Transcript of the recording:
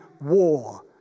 war